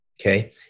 Okay